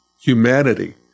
humanity